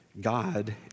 God